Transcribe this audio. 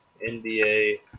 NBA